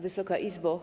Wysoka Izbo!